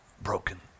broken